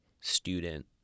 student